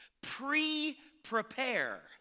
Pre-prepare